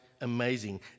amazing